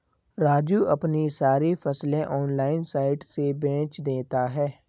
राजू अपनी सारी फसलें ऑनलाइन साइट से बेंच देता हैं